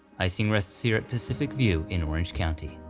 ising rests here at pacific view in orange county.